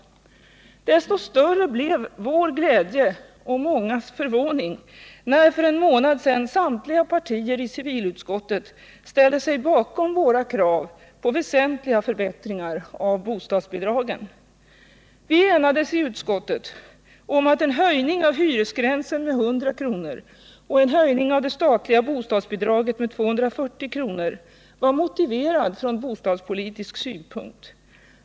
Desto större blev vår glädje — och mångas förvåning — när för en månad sedan samtliga partier i civilutskottet ställde sig bakom våra krav på väsentliga förbättringar av bostadsbidragen. Vi enades i utskottet om att en höjning av hyresgränsen med 100 kr. och en höjning av det statliga bostadsbidraget med 240 kr. var motiverade från bostadspolitisk synpunkt.